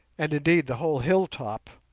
and, indeed, the whole hilltop.